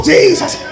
Jesus